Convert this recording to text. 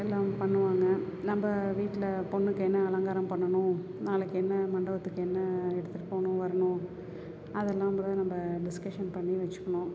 எல்லாம் பண்ணுவாங்க நம்ம வீட்டில் பொண்ணுக்கு என்ன அலங்காரம் பண்ணணும் நாளைக்கு என்ன மண்டபத்துக்கு என்ன எடுத்துகிட்டுப் போகணும் வரணும் அதெல்லாம் கூட நம்ம டிஸ்கஷன் பண்ணி வச்சுக்கணும்